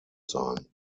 sein